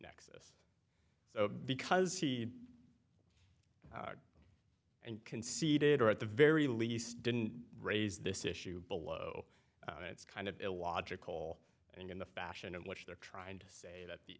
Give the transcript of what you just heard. so because he and conceded or at the very least didn't raise this issue below and it's kind of illogical and in the fashion in which they're trying to say that the